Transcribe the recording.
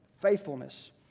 Faithfulness